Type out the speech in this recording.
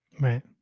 Right